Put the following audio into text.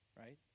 right